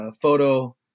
photo